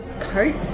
coat